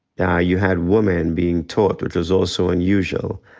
yeah you had women being taught, which was also unusual.